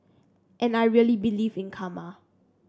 and I really believe in karma